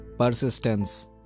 Persistence